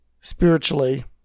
spiritually